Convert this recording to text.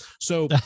so-